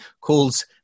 calls